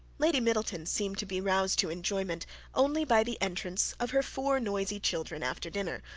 lady middleton seemed to be roused to enjoyment only by the entrance of her four noisy children after dinner,